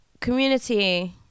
community